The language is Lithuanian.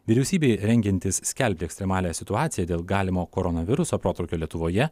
vyriausybei rengiantis skelbti ekstremalią situaciją dėl galimo koronaviruso protrūkio lietuvoje